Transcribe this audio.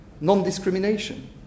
Non-discrimination